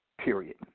period